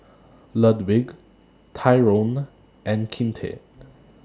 Ludwig Tyrone and Kinte